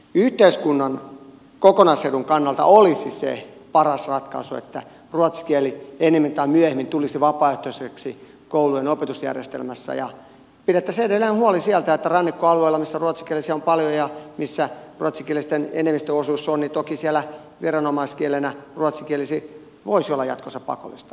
yhteiskunnan kokonaisedun kannalta paras ratkaisu olisi se että ruotsin kieli ennemmin tai myöhemmin tulisi vapaaehtoiseksi koulujen opetusjärjestelmässä ja pidettäisiin edelleen huoli siitä että rannikkoalueella missä ruotsinkielisiä on paljon ja missä ruotsinkielinen enemmistöosuus on toki viranomaiskielenä ruotsin kieli voisi olla jatkossa pakollista